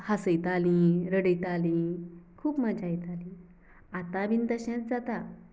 हांसयताली रडयताली खूब मजा येताली आता बीन तशेंच जाता